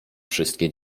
wszystkie